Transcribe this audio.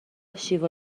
شیوا